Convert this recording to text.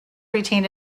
retain